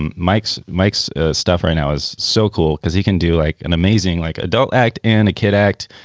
and mike's mike's stuff right now is so cool because he can do like an amazing like adult act and a kid act.